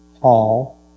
Hall